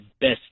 best